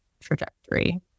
trajectory